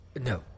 No